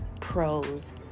pros